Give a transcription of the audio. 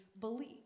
believe